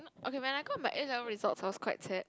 okay when I got my A-levels results I was quite sad